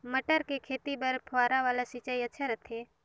मटर के खेती बर फव्वारा वाला सिंचाई अच्छा रथे?